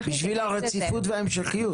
בשביל הרציפות וההמשכיות.